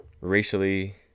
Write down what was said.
racially